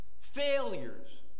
failures